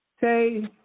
Say